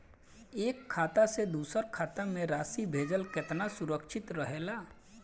एक खाता से दूसर खाता में राशि भेजल केतना सुरक्षित रहेला?